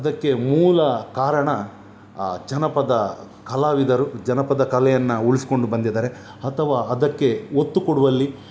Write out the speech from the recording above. ಅದಕ್ಕೆ ಮೂಲ ಕಾರಣ ಆ ಜನಪದ ಕಲಾವಿದರು ಜನಪದ ಕಲೆಯನ್ನು ಉಳಿಸ್ಕೊಂಡು ಬಂದಿದ್ದಾರೆ ಅಥವಾ ಅದಕ್ಕೆ ಒತ್ತು ಕೊಡುವಲ್ಲಿ